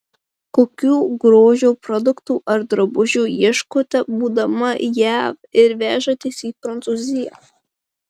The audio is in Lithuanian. kokių grožio produktų ar drabužių ieškote būdama jav ir vežatės į prancūziją